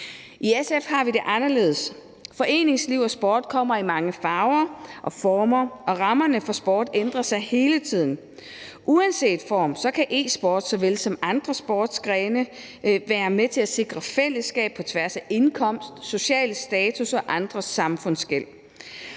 I SF har vi det anderledes. Foreningsliv og sport kommer i mange farver og former, og rammerne for sport ændrer sig hele tiden. Uanset form kan e-sport såvel som andre sportsgrene være med til at sikre fællesskab på tværs af indkomst, social status og andre samfundsskel.